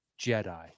jedi